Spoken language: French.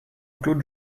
claude